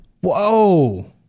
Whoa